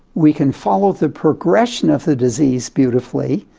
we can follow the progression of the disease beautifully.